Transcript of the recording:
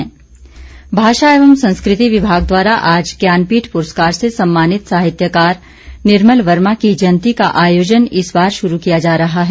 जयंती भाषा एवं संस्कृति विभाग द्वारा आज ज्ञानपीठ पुरस्कार से सम्मानित साहित्यकार निर्मल वर्मा की जयंती का आयोजन इस बार शुरू किया जा रहा है